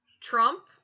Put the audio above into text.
Trump